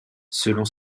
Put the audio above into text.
selon